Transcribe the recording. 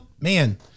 man